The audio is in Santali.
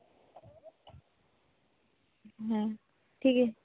ᱦᱮᱸ ᱴᱷᱤᱠᱜᱮᱭᱟ